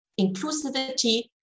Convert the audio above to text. inclusivity